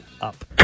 up